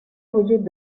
وجود